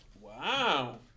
Wow